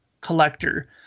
collector